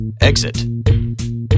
exit